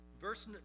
Verse